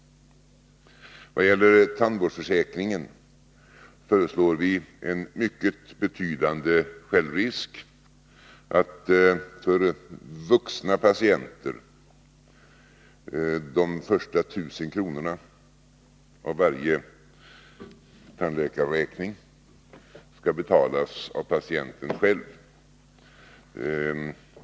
När det gäller tandvårdsförsäkringen föreslår vi en mycket betydande självrisk, nämligen att för vuxna patienter de första 1 000 kronorna av varje tandläkarräkning skall betalas av patienten själv.